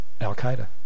Al-Qaeda